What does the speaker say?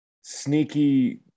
sneaky